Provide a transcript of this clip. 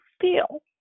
feel